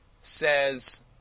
says